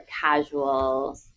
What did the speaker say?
casual